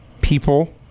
people